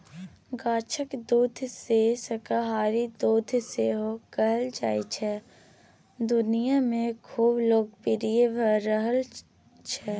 गाछक दुधकेँ शाकाहारी दुध सेहो कहल जाइ छै दुनियाँ मे खुब लोकप्रिय भ रहल छै